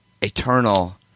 eternal